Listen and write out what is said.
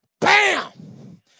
bam